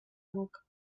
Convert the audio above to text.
boca